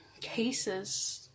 cases